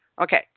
Okay